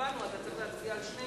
תלוי בנו, אתה צריך להצביע על שנינו.